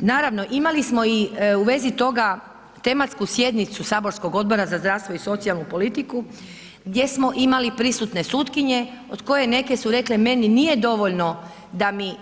Naravno imali smo i u vezi toga, tematsku sjednicu saborskog Odbora za zdravstvo i socijalnu politiku, gdje smo imali prisutne sutkinje, od koje neke su rekle, nije dovoljno, da mi